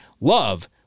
Love